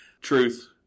Truth